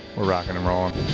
we're rocking and rolling.